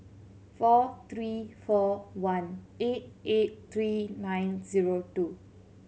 four three four one eight eight three nine zero two